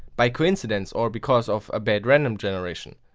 by coincidence, or because of bad random generation.